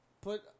put